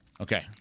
Okay